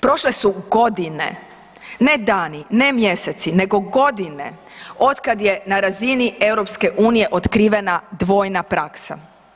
Prošle su godine, ne dani, ne mjeseci, nego godine otkad je na razini EU otkrivena dvojna praksa.